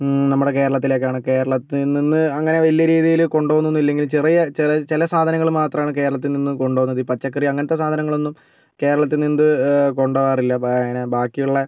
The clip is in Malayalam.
നമ്മുടെ കേരളത്തിലേക്കാണ് കേരളത്തിൽ നിന്ന് അങ്ങനെ വലിയ രീതിയിൽ കൊണ്ട് പോകുന്നൊന്നും ഇല്ലെങ്കിലും ചെറിയ ചില ചില സാധങ്ങൾ മാത്രമാണ് കേരളത്തിൽ നിന്ന് കൊണ്ട് പോകുന്നത് ഈ പച്ചക്കറി അങ്ങനത്തെ സാധങ്ങളൊന്നും കേരളത്തിൽ നിന്ന് കൊണ്ട് പോകാറില്ല പ ബാക്കിയുള്ള